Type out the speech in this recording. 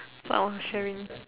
so I want to sharing